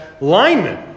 lineman